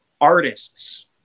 artists